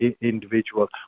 individual